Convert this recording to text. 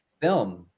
film